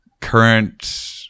current